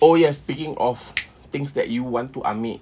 oh ya speaking of things that you want to ambil